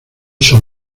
son